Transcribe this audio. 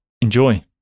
Enjoy